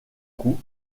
coup